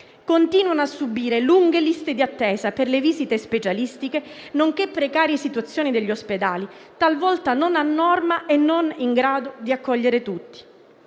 continuano invece a subire lunghe liste d'attesa per le visite specialistiche, nonché le precarie situazioni degli ospedali, talvolta non a norma e non in grado di accogliere tutti.